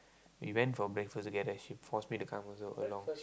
we went for breakfast together she force me to come also along